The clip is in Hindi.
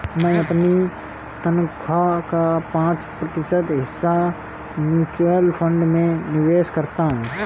मैं अपनी तनख्वाह का पाँच प्रतिशत हिस्सा म्यूचुअल फंड में निवेश करता हूँ